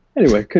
anyway,